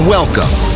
Welcome